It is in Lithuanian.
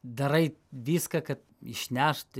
darai viską kad išnešti